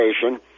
Station